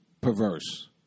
perverse